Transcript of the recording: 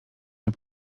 nie